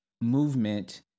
movement